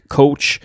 coach